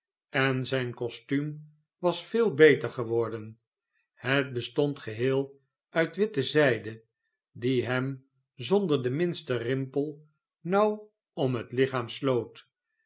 en zijn kostuum was veel beter geworden het bestond geheel uit witte zijde die hem zonder den minsten rimpel nauw om het